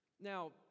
Now